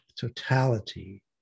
Totality